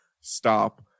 stop